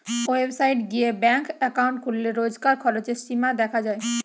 website গিয়ে bank account খুললে রোজকার খরচের সীমা দেখা যায়